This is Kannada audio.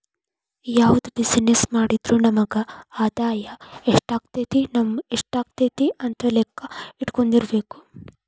ಯಾವ್ದ ಬಿಜಿನೆಸ್ಸ್ ಮಾಡಿದ್ರು ನಮಗ ಆದಾಯಾ ಎಷ್ಟಾಕ್ಕತಿ ನಷ್ಟ ಯೆಷ್ಟಾಕ್ಕತಿ ಅಂತ್ ಲೆಕ್ಕಾ ಇಟ್ಕೊಂಡಿರ್ಬೆಕು